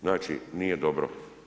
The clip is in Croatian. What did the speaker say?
Znači nije dobro.